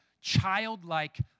childlike